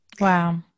Wow